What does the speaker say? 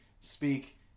speak